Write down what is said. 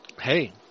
hey